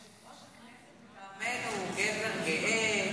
יושב-ראש הכנסת מטעמנו הוא גבר גאה,